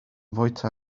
fwyta